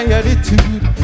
attitude